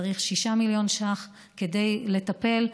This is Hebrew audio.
צריך 6 מיליון שקלים כדי לטפל,